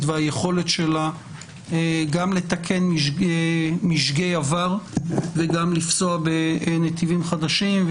והיכולת שלה גם לתקן משגי עבר וגם לפסוע בנתיבים חדשים.